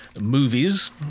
Movies